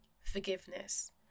forgiveness